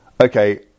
Okay